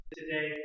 today